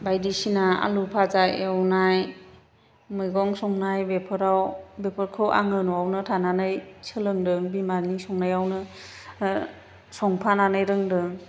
बायदिसिना आलु फाजा एवनाय मैगं संनाय बेफोराव बेफोरखौ आङो न'आवनो थानानै सोलोंदों बिमानि संनायावनो संफानानै रोंदों